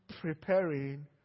preparing